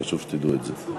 חשוב שתדעו את זה.